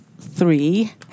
three